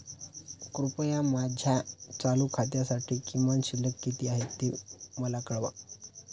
कृपया माझ्या चालू खात्यासाठी किमान शिल्लक किती आहे ते मला कळवा